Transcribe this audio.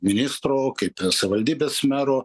ministro kaip savaldybės mero